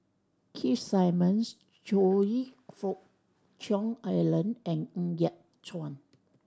Keith Simmons Choe Fook Cheong Alan and Ng Yat Chuan